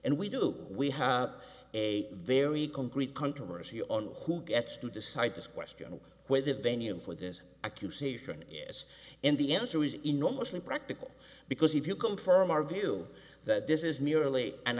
and we do we have a very concrete controversy on who gets to decide this question where the venue for this accusation is and the answer is enormously practical because if you confirm our view that this is merely an